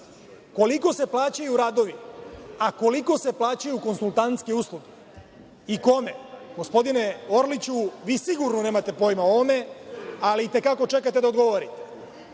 koliko se plaćaju radovi, a koliko se plaćaju konsultantske usluge i kome. Gospodine Orliću, vi sigurno nemate pojma o ovome, ali i te kako čekate da odgovorite. Važno